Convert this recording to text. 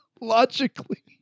logically